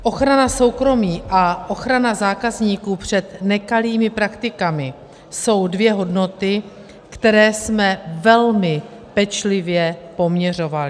Ochrana soukromí a ochrana zákazníků před nekalými praktikami jsou dvě hodnoty, které jsme velmi pečlivě poměřovali.